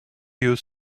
you